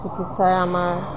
চিকিৎসা আমাৰ